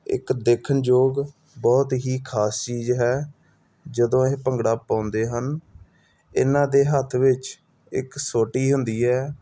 ਇੱਕ ਦੇਖਣਯੋਗ ਬਹੁਤ ਹੀ ਖ਼ਾਸ ਚੀਜ਼ ਹੈ ਜਦੋਂ ਇਹ ਭੰਗੜਾ ਪਾਉਂਦੇ ਹਨ ਇਨ੍ਹਾਂ ਦੇ ਹੱਥ ਵਿੱਚ ਇੱਕ ਸੋਟੀ ਹੁੰਦੀ ਹੈ